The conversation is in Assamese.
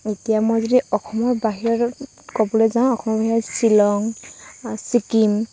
এতিয়া মই যদি অসমৰ বাহিৰত ক'বলৈ যাওঁ অসমৰ বাহিৰত শ্বিলং ছিকিম